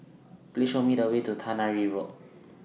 Please Show Me The Way to Tannery Road